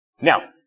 Now